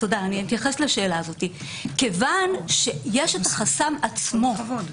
כיוון שיש החסם עצמו,